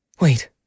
Wait